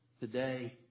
Today